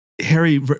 Harry